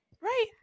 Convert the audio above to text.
Right